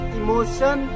emotion